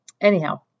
Anyhow